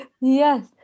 Yes